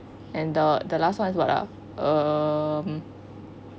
and the the last one is what ah err um